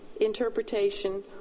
interpretation